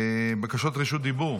בקשות רשות דיבור.